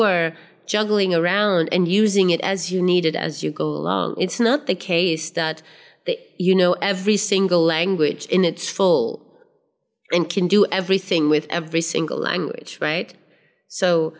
are juggling around and using it as you need it as you go along it's not the case that you know every single language in its full and can do everything with every single language right so